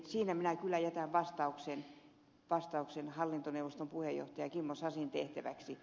siinä kyllä jätän vastauksen hallintoneuvoston puheenjohtajan kimmo sasin tehtäväksi